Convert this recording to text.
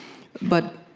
but